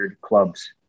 clubs